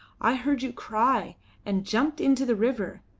i heard you cry and jumped into the river.